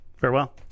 Farewell